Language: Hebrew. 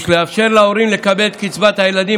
יש לאפשר להורים לקבל את קצבת הילדים,